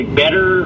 better